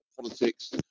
politics